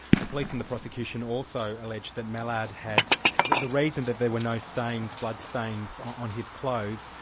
the police and the prosecution also alleged that mallard had that the reason that there were no stains, bloodstains, on his clothes,